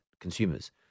consumers